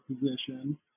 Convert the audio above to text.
position